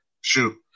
shoot